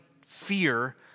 fear